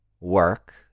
work